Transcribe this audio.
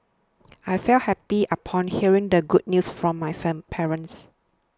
I felt happy upon hearing the good news from my fan parents